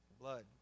blood